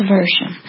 Version